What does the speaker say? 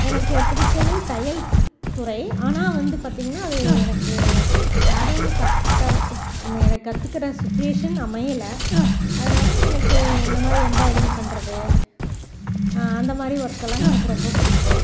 எனக்கு பிடித்தது தையல் துறை ஆனால் வந்து பார்த்தீங்கன்னா அது எனக்கு யாரும் கற்றுத்தரதுக்கு எனக்கு கற்றுக்கற சிச்சுவேஷன் அமையலை அதனால் எனக்கு இந்த மாதிரி எம்ப்ராய்டிங் பண்ணுறது அந்த மாதிரி ஒர்க்கெல்லாம் எனக்கு ரொம்ப பிடிக்கும்